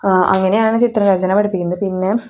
അങ്ങനെയാണ് ചിത്രരചന പഠിപ്പിക്കുന്നത് പിന്നെ